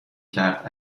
کرد